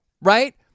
right